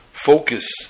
focus